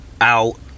out